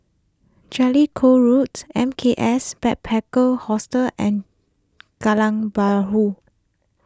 Jellicoe Roads M K S Backpackers Hostel and Kallang Bahru